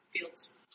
fields